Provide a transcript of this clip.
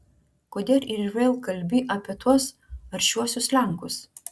kodėl ir vėl kalbi apie tuos aršiuosius lenkus